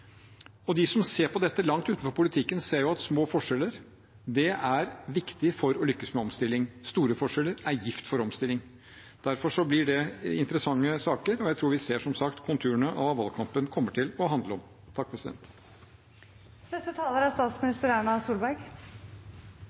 De som ser på dette langt utenfor politikken, ser jo at små forskjeller er viktig for å lykkes med omstilling. Store forskjeller er gift for omstilling. Derfor blir det interessante saker, og jeg tror som sagt vi ser konturene av hva valgkampen kommer til å handle om.